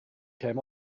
came